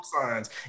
signs